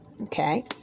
Okay